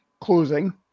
closing